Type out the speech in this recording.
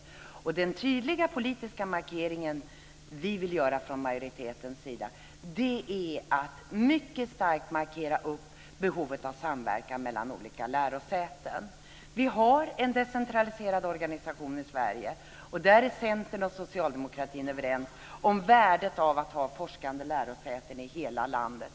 Den tydliga och mycket starka politiska markering som vi vill göra från majoritetens sida gäller behovet av samverkan mellan olika lärosäten. Vi har en decentraliserad organisation i Sverige. Där är Centern och socialdemokratin överens om värdet av att ha forskande lärosäten i hela landet.